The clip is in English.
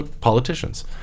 politicians